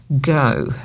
go